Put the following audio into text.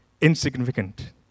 insignificant